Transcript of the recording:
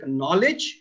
knowledge